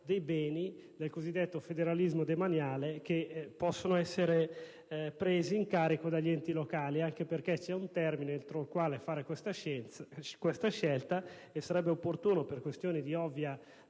dei beni del cosiddetto federalismo demaniale che possono essere presi in carico dagli enti locali, anche perché è previsto un termine entro il quale fare questa scelta. Sarebbe dunque opportuno, per questioni di ovvia